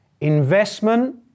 investment